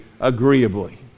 agreeably